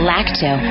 Lacto